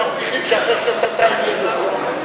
מבטיחים שאחרי שנתיים יהיה ייכנס לתוקפו.